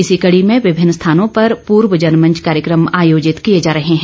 इसी कड़ी में विभिन्न स्थानों पर पूर्व जनमंच कार्यक्रम आयोजित किए जा रहे हैं